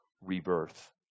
Rebirth